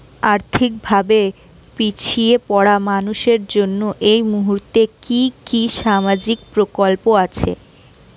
আর্থিক ভাবে পিছিয়ে পড়া মানুষের জন্য এই মুহূর্তে কি কি সামাজিক প্রকল্প আছে?